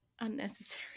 unnecessary